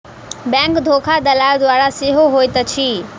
bank धोखा दलाल द्वारा सेहो होइत अछि